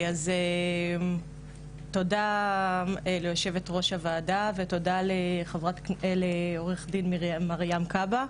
תודה ליושבת ראש הוועדה, ותודה לעו"ד מרים כבהא.